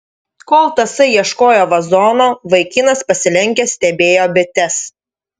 kol tasai ieškojo vazono vaikinas pasilenkęs stebėjo bites